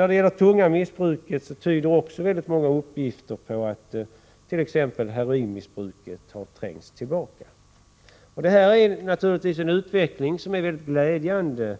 När det gäller det tunga missbruket tyder också många uppgifter på att t.ex. heroinmissbruket har trängts tillbaka. Detta är naturligtvis en mycket glädjande utveckling,